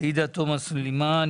עאידה תומא סלימאן,